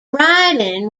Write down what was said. riding